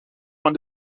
van